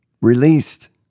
released